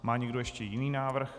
Má někdo ještě jiný návrh?